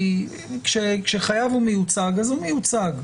כשחייב מיוצג אז הוא מיוצג,